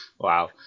Wow